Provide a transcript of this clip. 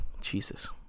Jesus